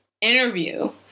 interview